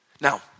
Now